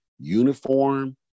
uniform